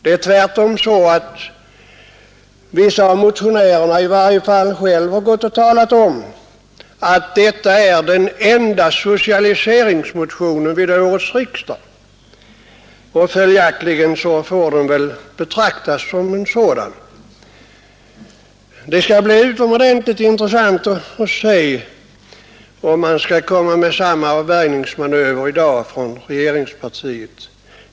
Det är tvärtom så att vissa av motionärerna själva gått och talat om att detta är den enda socialiseringsmotionen vid årets riksdag. Följaktligen får den väl betraktas som en sådan. Det skall bli utomordentligt intressant att se om man från regeringspartiet kommer med samma avvärjningsmanöver i dag.